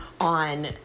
on